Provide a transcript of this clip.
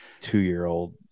two-year-old